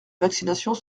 vaccinations